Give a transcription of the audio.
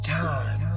time